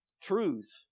Truth